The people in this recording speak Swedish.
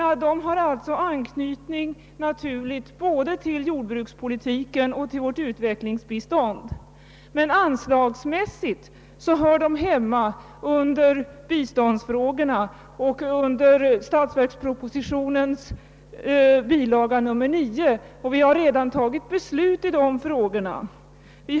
Dessa frågor har alltså naturlig anknytning både till jordbrukspolitiken och till vårt utvecklingsbistånd, men anslagsmässigt hör de hemma under biståndsfrågorna och behandlas i bilaga 9 till statsverkspropositionen. Vi har redan tagit beslutet i de frågorna.